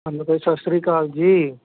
hello ਭਾਅ ਜੀ ਸਤਿ ਸ਼੍ਰੀ ਅਕਾਲ ਜੀ